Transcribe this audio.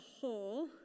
whole